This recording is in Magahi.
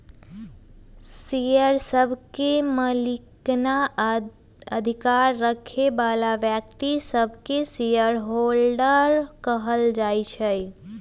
शेयर सभके मलिकना अधिकार रखे बला व्यक्तिय सभके शेयर होल्डर कहल जाइ छइ